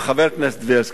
עם חבר הכנסת בילסקי,